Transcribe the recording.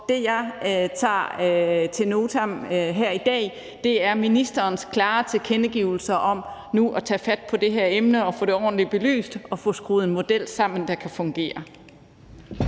Det, jeg tager ad notam her i dag, er ministerens klare tilkendegivelse af nu at ville tage fat på det her emne og få det ordentligt belyst og få skruet en model sammen, der kan fungere.